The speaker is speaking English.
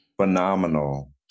phenomenal